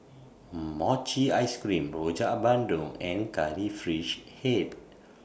Mochi Ice Cream Rojak Bandung and Curry Fish Head